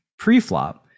preflop